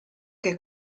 che